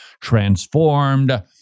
Transformed